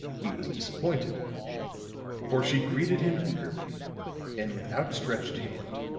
he was disappointed for she greeted him eagerly and with outstretched hand.